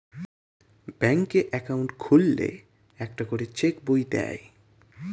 ব্যাঙ্কে অ্যাকাউন্ট খুললে একটা করে চেক বই দেয়